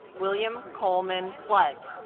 william coleman flood